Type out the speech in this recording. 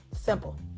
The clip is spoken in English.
Simple